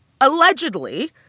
allegedly